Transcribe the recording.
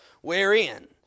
Wherein